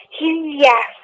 Yes